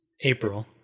April